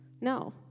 No